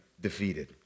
defeated